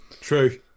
true